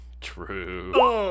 True